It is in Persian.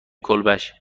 کلبش